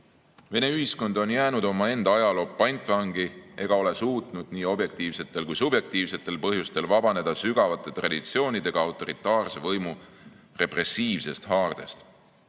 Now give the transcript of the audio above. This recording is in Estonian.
Vene ühiskond on jäänud omaenda ajaloo pantvangi ega ole suutnud nii objektiivsetel kui ka subjektiivsetel põhjustel vabaneda sügavate traditsioonidega autoritaarse võimu repressiivsest haardest. Kuna